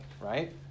right